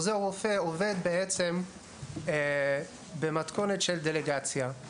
עוזר רופא עובד במתכונת של דלגציה.